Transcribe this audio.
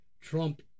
Trump